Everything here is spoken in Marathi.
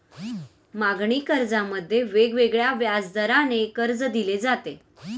मागणी कर्जामध्ये वेगवेगळ्या व्याजदराने कर्ज दिले जाते